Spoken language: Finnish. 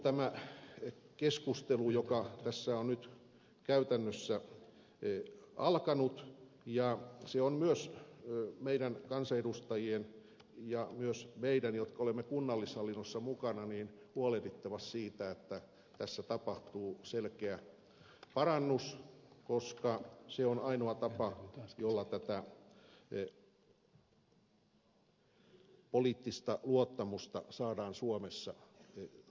tämä keskustelu joka tässä on nyt käytännössä alkanut on erittäin tervetullut ja meidän kansanedustajien ja myös meidän jotka olemme kunnallishallinnossa mukana on huolehdittava siitä että tässä tapahtuu selkeä parannus koska se on ainoa tapa jolla tätä poliittista luottamusta saadaan suomessa aikaan